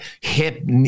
hip –